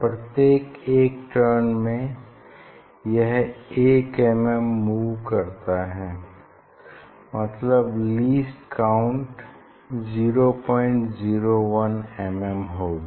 प्रत्येक एक टर्न में यह 1 mm मूव करता है मतलब लीस्ट काउंट 001 mm होगी